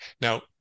Now